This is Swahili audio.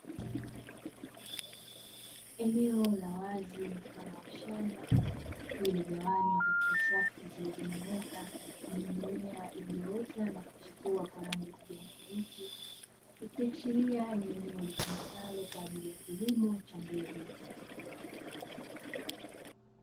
Eneo la wazi mfano wa shamba lililogawanywa katika safu zilizonyooka zenye mimea iliyoota na kuchepua kwa rangi ya kijani kibichi, ikiashiria ni eneo litumikalo kwa ajili ya kilimo cha mbegu.